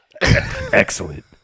Excellent